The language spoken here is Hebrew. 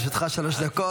לרשותך שלוש דקות.